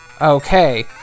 okay